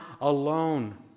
alone